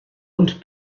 und